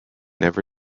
never